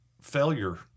failure